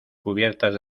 cubiertas